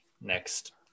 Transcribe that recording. next